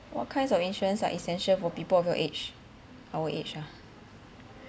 what kinds of insurance are essential for people of your age our age ah